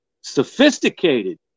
sophisticated